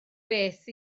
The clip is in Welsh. beth